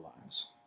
lives